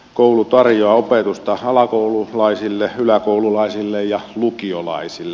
koulu tarjoaa opetusta alakoululaisille yläkoululaisille ja lukiolaisille